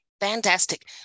Fantastic